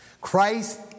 Christ